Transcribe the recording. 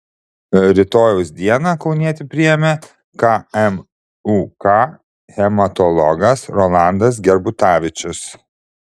rytojaus dieną kaunietį priėmė kmuk hematologas rolandas gerbutavičius